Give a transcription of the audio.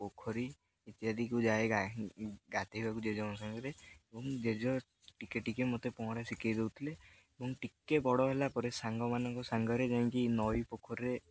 ପୋଖରୀ ଇତ୍ୟାଦିକୁ ଯାଏ ଗାଧେଇବାକୁ ଜେଜେଙ୍କ ସାଙ୍ଗରେ ଏବଂ ଜେଜେ ଟିକେ ଟିକେ ମୋତେ ପହଁରା ଶିଖେଇ ଦେଉଥିଲେ ଏବଂ ଟିକେ ବଡ଼ ହେଲା ପରେ ସାଙ୍ଗମାନଙ୍କ ସାଙ୍ଗରେ ଯାଇକି ନଈ ପୋଖରୀରେ